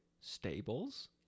stables